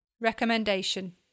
Recommendation